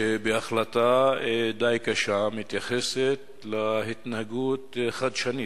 שבהחלטה די קשה מתייחסת להתנהגות "חדשנית",